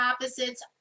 opposites